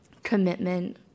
Commitment